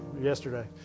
yesterday